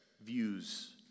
views